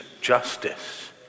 justice